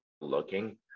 looking